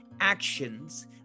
actions